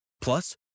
Plus